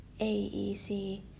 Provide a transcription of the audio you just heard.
AEC